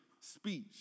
speech